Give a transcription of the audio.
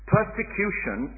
Persecution